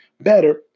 better